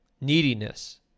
Neediness